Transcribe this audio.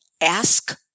ask